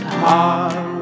heart